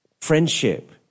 Friendship